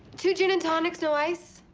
two gin and tonics, no ice.